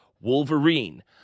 Wolverine